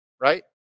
right